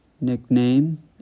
Nickname